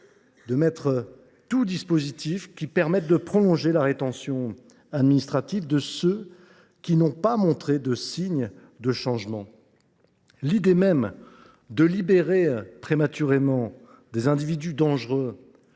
de mettre tout en œuvre pour prolonger la rétention administrative de ceux qui n’ont pas montré de signes de changement. L’idée même de libérer prématurément des individus dangereux